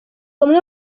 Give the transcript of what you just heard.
umwe